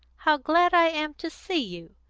how glad i am to see you!